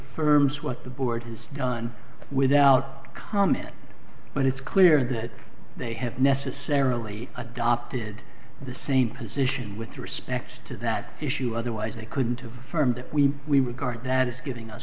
firms what the board has done without comment but it's clear that they have necessarily adopted the same position with respect to that issue otherwise they couldn't affirm that we we regard that as giving us